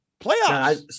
Playoffs